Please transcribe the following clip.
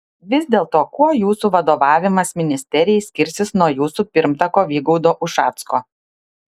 vis dėlto kuo jūsų vadovavimas ministerijai skirsis nuo jūsų pirmtako vygaudo ušacko